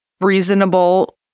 reasonable